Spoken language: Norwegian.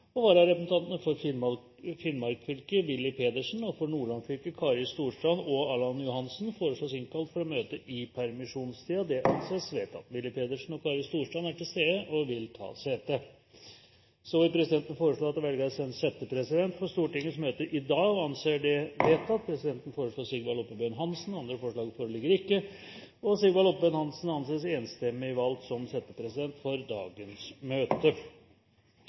vararepresentanter innkalles for å møte i permisjonstiden: For Finnmark fylke: Willy Pedersen For Nordland fylke: Kari Storstrand og Allan Johansen Willy Pedersen og Kari Storstrand er til stede og vil ta sete. Presidenten vil foreslå at det velges en settepresident for Stortingets møte i dag. – Det anses vedtatt. Presidenten vil foreslå Sigvald Oppebøen Hansen. – Andre forslag foreligger ikke, og Sigvald Oppebøen Hansen anses enstemmig valgt som settepresident for dagens møte.